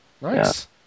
Nice